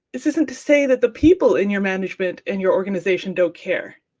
this isn't to say that the people in your management and your organisation don't care.